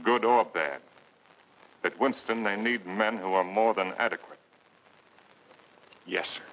good or bad winston nine need men who are more than adequate yes